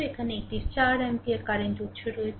এখানে একটি 4 ampere current উৎস রয়েছে